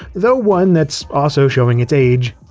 though one that's also showing its age.